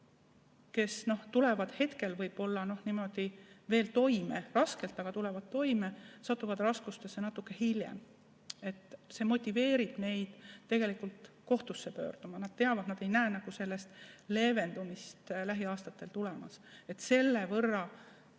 kes tulevad hetkel võib-olla veel raskelt toime, aga tulevad toime, satuvad raskustesse natuke hiljem. See motiveerib neid tegelikult kohtusse pöörduma. Nad teavad, et nad ei näe sellist leevendumist lähiaastatel tulemas. Selle võrra